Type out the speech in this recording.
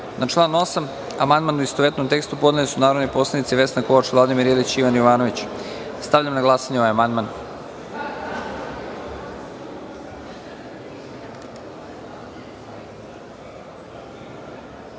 član 4. amandmane u istovetnom tekstu podneli su narodni poslanici Vesna Kovač, Vladimir Ilić i Ivan Jovanović. Stavljam na glasanje ovaj amandman. Molim